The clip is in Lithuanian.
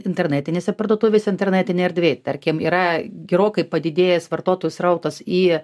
internetinėse parduotuvėse internetinėj erdvėj tarkim yra gerokai padidėjęs vartotojų srautas į